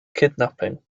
kidnapping